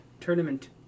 tournament